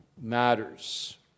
matters